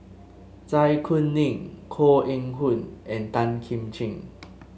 Zai Kuning Koh Eng Hoon and Tan Kim Ching